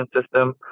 system